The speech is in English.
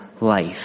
life